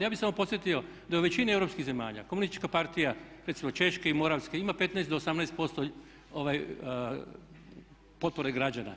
Ja bih samo podsjetio da u većini europskih zemalja komunistička partija recimo Češke i Moravske ima 15 do 18% potpore građana.